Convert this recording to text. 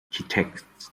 architects